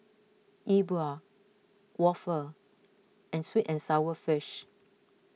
E Bua Waffle and Sweet and Sour Fish